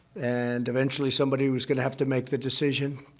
and eventually somebody was going to have to make the decision.